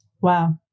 Wow